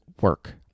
work